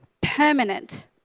permanent